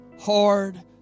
hard